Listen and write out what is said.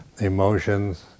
emotions